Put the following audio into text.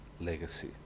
legacy